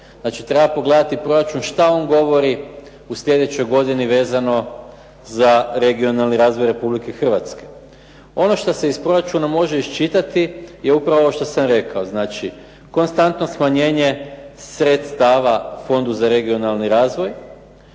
treba pogledati proračun šta on govori u sljedećoj godini vezano za regionalni razvoj Republike Hrvatske. Ono što se iz proračuna može iščitati je upravo ovo što sam rekao. Znači, konstantno smanjenje sredstava Fondu za regionalni razvoj